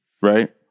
Right